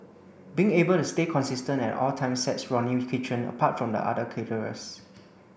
being able to stay consistent at all times sets Ronnie Kitchen apart from the other caterers